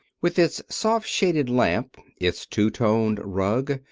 with its soft-shaded lamp, its two-toned rug,